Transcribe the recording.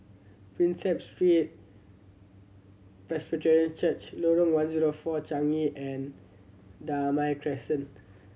Prinsep Street Presbyterian Church Lorong One Zero Four Changi and Damai Crescent